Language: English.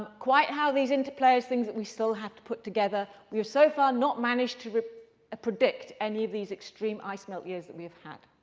quite how these interplays, things that we still have to put together. we have so far not managed to predict any of these extreme ice melt years that we have had.